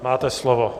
Máte slovo.